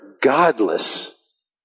godless